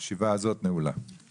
הישיבה הזאת נעולה.